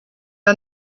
are